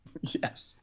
Yes